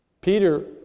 Peter